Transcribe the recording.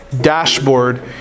dashboard